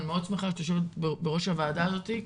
שאני מאוד שמחה שאת יושבת בראש הוועדה הזאתי,